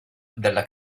della